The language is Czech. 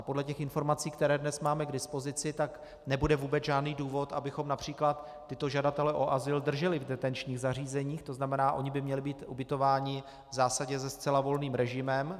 Podle těch informací, které dnes máme k dispozici, tak nebude vůbec žádný důvod, abychom např. tyto žadatele o azyl drželi v detenčních zařízeních, to znamená oni by měli být ubytováni v zásadě se zcela volným režimem.